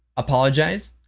apologize,